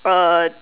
err